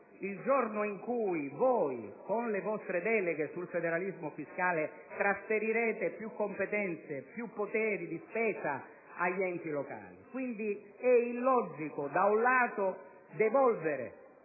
il giorno in cui voi, con le vostre deleghe sul federalismo fiscale, trasferirete più competenze, più poteri di spesa agli enti locali. Quindi, è illogico, da un lato, devolvere